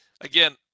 Again